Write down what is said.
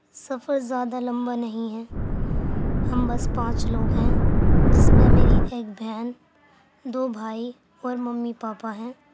سفر زیادہ لمبا نہیں ہے ہم بس پانچ لوگ ہیں جس میں میری ایک بہن دو بھائی اور ممی پاپا ہیں